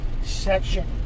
section